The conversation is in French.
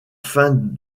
fin